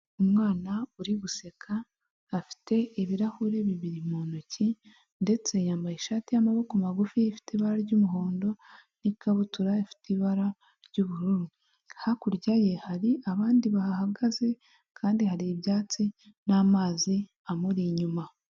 Umwana uri guseka afite ibirahuri bibiri mu ntoki, ndetse yambaye ishati y'amaboko magufi ifite ibara ry'umuhondo n'ikabutura ifite ibara ry'ubururu, hakurya ye hari abandi bahagaze kandi hari ibyatsi n'amazi amuri inyuma.